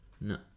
No